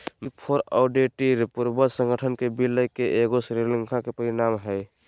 big four auditor पूर्वज संगठन के विलय के ईगो श्रृंखला के परिणाम हइ